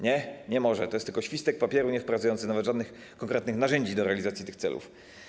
Nie, nie może, to jest tylko świstek papieru niewprowadzający nawet żadnych konkretnych narzędzi do realizacji tych celów.